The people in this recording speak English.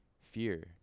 fear